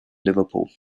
liverpool